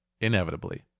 inevitably